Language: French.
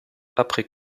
après